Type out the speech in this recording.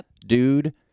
dude